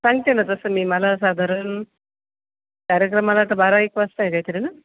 सांगते नं तसं मी मला साधारण कार्यक्रमाला तर बारा एक वाजता आहे काहीतरी नं